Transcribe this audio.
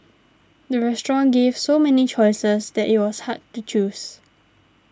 the restaurant gave so many choices that it was hard to choose